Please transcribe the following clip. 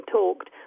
talked